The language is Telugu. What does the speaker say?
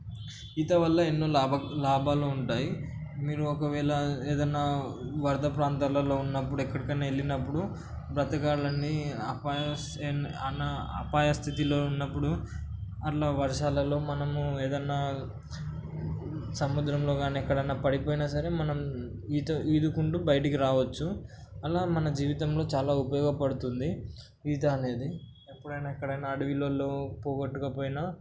ఈత వల్ల ఎన్నో లాభాలు ఉంటాయి మీరు ఒకవేళ ఏదైనా వరద ప్రాంతాలల్లో ఉన్నప్పుడు ఎక్కడికైనా వెళ్ళినప్పుడు బ్రతకాలని అపాయ అపాయ స్థితిలో ఉన్నప్పుడు అట్లా వర్షాలలో మనము ఏదైనా సముద్రంలో కానీ ఎక్కడైనా పడిపోయిన సరే మనం ఈత ఈదుకుంటూ బయటికి రావచ్చు అలా మన జీవితంలో చాలా ఉపయోగపడుతుంది ఈత అనేది ఎప్పుడైనా ఎక్కడైనా అడవులలో పోగొట్టకపోయినా